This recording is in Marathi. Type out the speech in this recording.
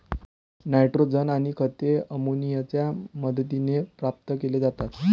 नायट्रोजन आणि खते अमोनियाच्या मदतीने प्राप्त केली जातात